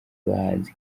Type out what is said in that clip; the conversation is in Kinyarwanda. bahanzi